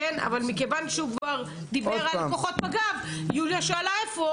אבל מכיוון שהוא דיבר על כוחות מג"ב ויוליה שאלה איפה,